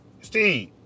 Steve